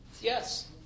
Yes